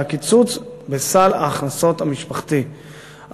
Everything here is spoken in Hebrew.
הקיצוץ בסל ההכנסות המשפחתי,